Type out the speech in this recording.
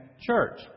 church